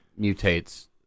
mutates